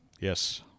Yes